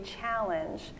challenge